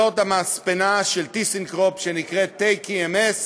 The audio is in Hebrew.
זאת המספנה של "טיסנקרופ", שנקראת TKMS,